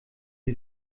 die